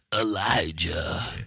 Elijah